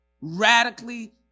radically